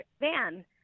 van